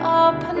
up